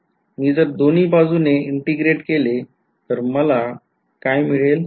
मी जर हे दोन्ही बाजूने integrate केले तर मला काय मिळेल